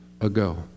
ago